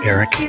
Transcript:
Eric